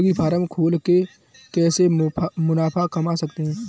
मुर्गी फार्म खोल के कैसे मुनाफा कमा सकते हैं?